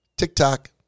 TikTok